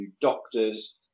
doctors